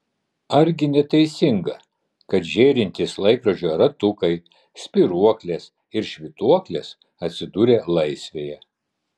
argi neteisinga kad žėrintys laikrodžių ratukai spyruoklės ir švytuoklės atsidūrė laisvėje